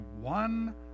one